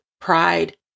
pride